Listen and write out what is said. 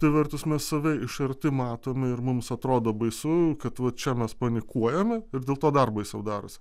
ta vertus mes save iš arti matome ir mums atrodo baisu kad va čia mes panikuojame ir dėl to dar baisiau darosi